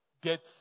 get